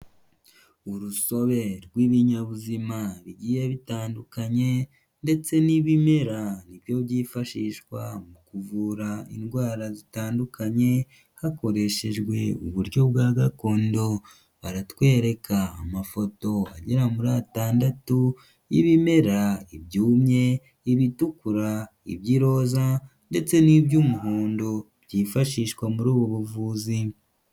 Urusobe rw'ibinyabuzima bigiye bitandukanye, ndetse n'ibimera nibyo byifashishwa mu kuvura indwara zitandukanye, hakoreshejwe uburyo bwa gakondo, baratwereka amafoto agera muri atandatu y'ibimera, ibyumye, ibitukura, iby'iroza, ndetse n'iby'umuhondo, byifashishwa muri ubu buvuzi.